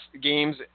games